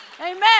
amen